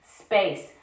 space